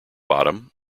bottom